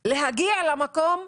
גם אלה שחיים מתחת לקו העוני,